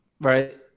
right